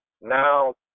now